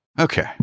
Okay